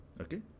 okay